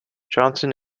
johnson